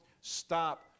stop